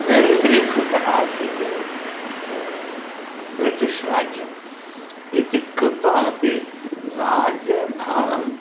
दरिद्रीभूतः आसीत् ब्रिटीश् राज्यम् इति कृत्वा अपि राज्यभारम्